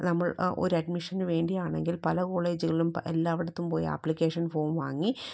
നമ്മൾ ഒരു അഡ്മിഷന് വേണ്ടി ആണെങ്കിൽ പല കോളേജുകളിലും പല എല്ലായിടത്തും പോയി അപ്ലിക്കേഷൻ ഫോം വാങ്ങി